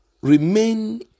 Remain